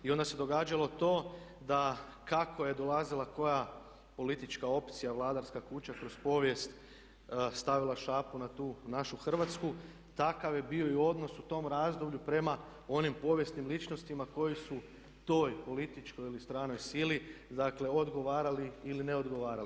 I onda se događalo to da kako je dolazila koja politička opcija, vladarka kuća kroz povijest stavila šapu na tu našu Hrvatsku takav je bio i odnos u tom razdoblju prema onim povijesnim ličnostima koji su toj političkoj ili stranoj sili dakle odgovarali ili ne odgovarali.